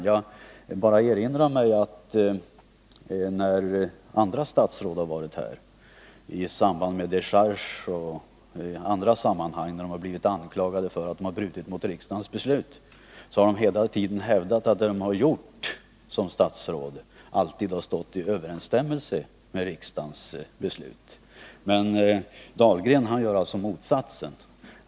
Jag bara erinrar om att andra statsråd — när de har varit här i samband med dechargedebatter och när de i andra sammanhang blivit anklagade för att ha brutit mot riksdagens beslut — hela tiden hävdat att det som de har gjort som statsråd alltid har stått i överensstämmelse med riksdagens beslut. Men herr Dahlgren gör alltså motsatsen.